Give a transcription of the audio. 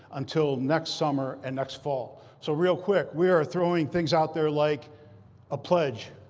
until next summer and next fall. so real quick, we are throwing things out there like a pledge,